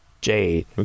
Jade